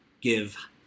give